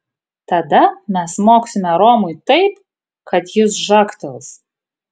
tada mes smogsime romui taip kad jis žagtels